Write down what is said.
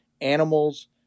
animals